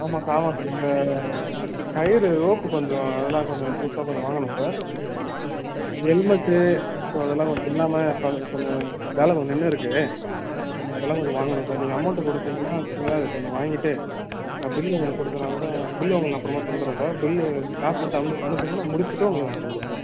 ஆமாம் சார் ஆமாம் சார் இங்கே கயிறு ரோப்பு கொஞ்சம் அதெல்லாம் கொஞ்சம் புதுசாக கொஞ்சம் வாங்கணும் சார் ஹெல்மெட் ஸோ இதெல்லாம் கொஞ்சம் இல்லாமல் இப்போ கொஞ்சம் வேலை கொஞ்சம் நின்னுருக்குது கொஞ்சம் அதெல்லாம் கொஞ்சம் வாங்கணும் சார் நீங்கள் அமௌண்ட் கொடுத்திங்கன்னா வச்சிக்கொங்கள அதை கொஞ்சம் வாங்கிட்டு நான் பில்லு உங்களுக்கு கொடுத்தேனா கூட பில்லு உங்களுக்கு நான் அப்புறோமா தந்துடுறேன் சார் பில்லு காஸ் மட்டும் அனு அனுப்புங்க நான் முடிச்சிட்டு உங்களுக்கு நான் சொல்கிறேன் சார்